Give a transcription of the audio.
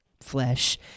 flesh